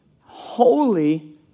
holy